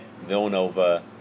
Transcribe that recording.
Villanova